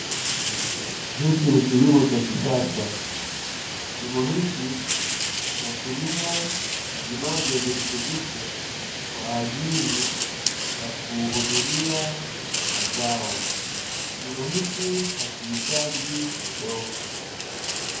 Hiki ni kilimo cha kisasa. Kilimo hiki kinatumia majimaji ya virutubisho kwa ajili ya kuhudumia mazao. Kilimo hiki hakihitaji udongo.